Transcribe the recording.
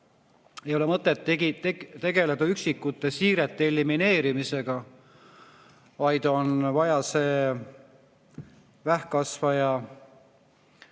Ei ole mõtet tegeleda üksikute siirete elimineerimisega, vaid on vaja see vähkkasvaja